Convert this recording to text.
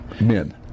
Men